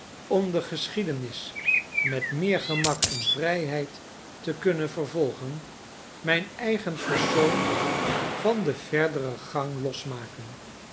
de geschiegenis met meer gemak en vrijheid te kunnen vervolgen mijn eigen persoon van den verderen gang losmaken